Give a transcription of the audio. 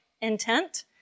intent